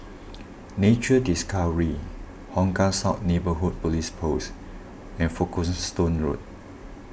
Nature Discovery Hong Kah South Neighbourhood Police Post and Folkestone Road